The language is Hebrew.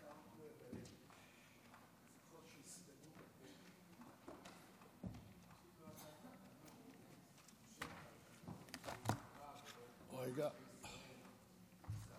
חבר הכנסת